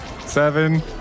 seven